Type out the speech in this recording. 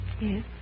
Yes